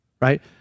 right